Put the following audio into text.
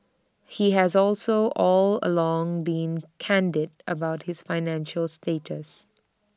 he has also all along been candid about his financial status